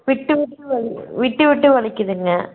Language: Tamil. விட்டு விட்டு வலிக் விட்டு விட்டு வலிக்கிதுங்க